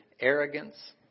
arrogance